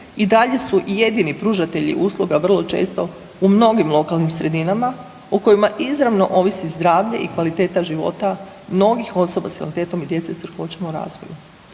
i dalje su jedini pružatelji usluga vrlo često u mnogim lokalnim sredinama u kojima izravno ovisi zdravlje i kvaliteta života mnogi osoba s invaliditetom i djece s teškoćama u razvoju.